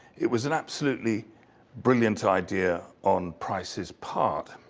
it was an absolutely brilliant idea on prices' part.